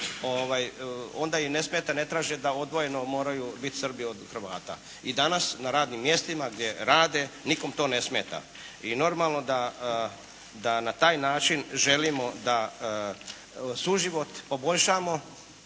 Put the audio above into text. Onda im ne smeta, ne traže da odvojeno moraju biti Srbi od Hrvata. I danas na radnim mjestima gdje rade nikome to ne smeta. I normalno da na taj način želimo da suživot poboljšamo.